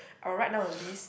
I'll write down a list